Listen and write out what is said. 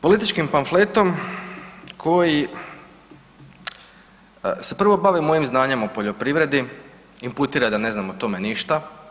Političkim pamfletom koji se prvo bavi mojim znanjem o poljoprivredi, imputira da ne znam o tome ništa.